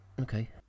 Okay